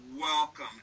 welcome